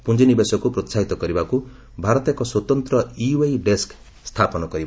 ପୁଞ୍ଜି ନିବେଶକୁ ପ୍ରୋସାହିତ କରିବାକୁ ଭାରତ ଏକ ସ୍ୱତନ୍ତ୍ର ୟୁଏଇ ଡେସ୍କ ସ୍ଥାପନ କରିବ